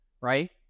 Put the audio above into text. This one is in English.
right